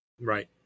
Right